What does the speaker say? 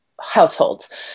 households